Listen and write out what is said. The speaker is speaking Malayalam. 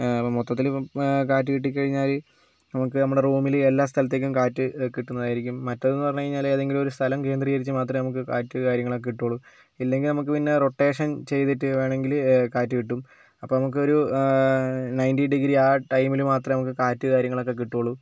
അപ്പോൾ മൊത്തത്തിൽ കാറ്റ് കിട്ടിക്കഴിഞ്ഞാൽ നമുക്ക് നമ്മുടെ റൂമിൽ എല്ലാ സ്ഥലത്തേക്കും കാറ്റ് കിട്ടുന്നതായിരിക്കും മറ്റേതെന്ന് പറഞ്ഞുകഴിഞ്ഞാൽ ഏതെങ്കിലും ഒരു സ്ഥലം കേന്ദ്രീകരിച്ച് മാത്രമേ നമുക്ക് കാറ്റ് കാര്യങ്ങളൊക്കെ കിട്ടുള്ളൂ ഇല്ലെങ്കിൽ നമുക്ക് പിന്നെ റൊട്ടേഷൻ ചെയ്തിട്ട് വേണമെങ്കിൽ കാറ്റ് കിട്ടും അപ്പോൾ നമുക്ക് ഒരു നയൻറ്റി ഡിഗ്രി ആ ടൈമിൽ മാത്രമേ നമുക്ക് കാറ്റ് കാര്യങ്ങളൊക്കെ കിട്ടുള്ളൂ